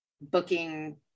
booking